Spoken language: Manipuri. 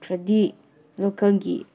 ꯈ꯭ꯔꯗꯤ ꯂꯣꯀꯦꯜꯒꯤ